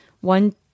one